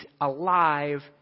alive